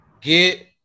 Get –